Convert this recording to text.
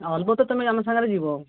ଅଲବତ ତୁମେ ଆମ ସାଙ୍ଗରେ ଯିବ